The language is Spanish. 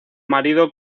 marido